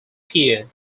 peer